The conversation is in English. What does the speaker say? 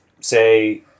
say